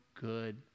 good